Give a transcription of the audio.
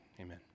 amen